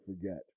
forget